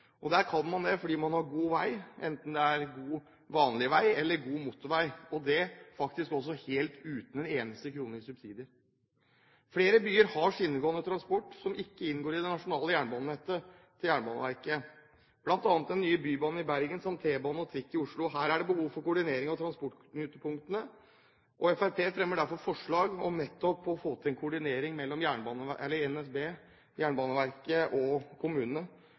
gjøre der det er god vei, enten det er en god vanlig vei eller en god motorvei – og faktisk også uten en eneste krone i subsidier. Flere byer har skinnegående transport som ikke inngår i det nasjonale jernbanenettet til Jernbaneverket, bl.a. den nye Bybanen i Bergen samt T-bane og trikk i Oslo. Her er det behov for koordinering av transportknutepunktene. Fremskrittspartiet fremmer derfor forslag om nettopp å få til en koordinering mellom NSB, Jernbaneverket og kommunene.